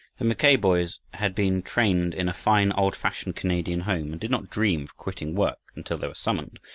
the mackay boys had been trained in a fine old-fashioned canadian home, and did not dream of quitting work until they were summoned.